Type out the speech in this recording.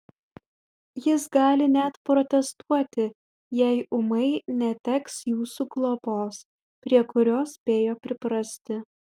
jis gali net protestuoti jei ūmai neteks jūsų globos prie kurios spėjo priprasti